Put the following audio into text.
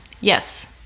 Yes